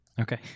Okay